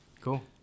Cool